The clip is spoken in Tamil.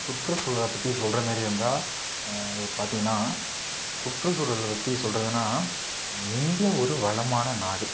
சுற்றுச்சூழலை பற்றி சொல்கிற மாரி இருந்தால் இப்போ பார்த்தீங்கன்னா சுற்றுச்சூழலை பற்றி சொல்கிறதுன்னா இந்தியா ஒரு வளமான நாடு